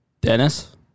Dennis